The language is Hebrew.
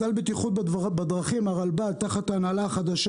סל בטיחות בדרכים הרלב"ד תחת ההנהלה החדשה